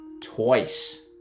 twice